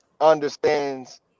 understands